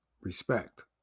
respect